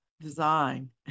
design